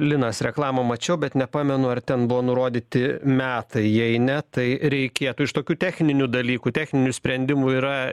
linas reklamą mačiau bet nepamenu ar ten buvo nurodyti metai jei ne tai reikėtų iš tokių techninių dalykų techninių sprendimų yra